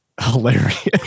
hilarious